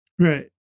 Right